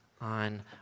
on